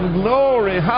glory